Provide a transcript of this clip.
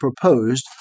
proposed